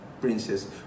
princess